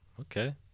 Okay